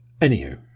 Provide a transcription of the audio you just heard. Anywho